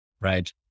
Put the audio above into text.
right